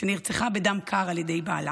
שנרצחה בדם קר על ידי בעלה.